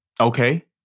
Okay